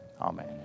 Amen